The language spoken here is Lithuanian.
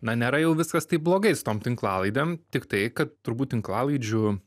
na nėra jau viskas taip blogai su tom tinklalaidėm tiktai kad turbūt tinklalaidžių